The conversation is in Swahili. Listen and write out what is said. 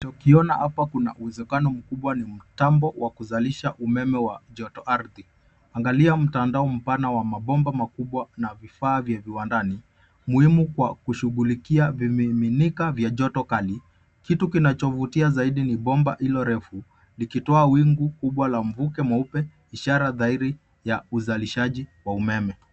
Tukiona hapa kuna uwezekano mkubwa ni mtambo wa kuzalisha umeme wa joto ardhi ambapo mtandao wa mabomba makubwa na vifaa vya viwandani muhimu kwa kushughulikia vimiminika vya joto kali. Kitu kinachovutia zaidi ni bomba hilo refu likitoa wingu kubwa la mvuke mweupe ishara dhahiri ya uzalishaji wa umeme.